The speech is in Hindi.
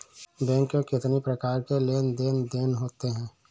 बैंक में कितनी प्रकार के लेन देन देन होते हैं?